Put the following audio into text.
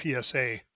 psa